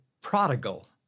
prodigal